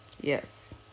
Yes